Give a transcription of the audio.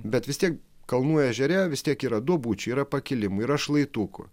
bet vis tiek kalnų ežere vis tiek yra duobučių yra pakilimų yra šlaitukų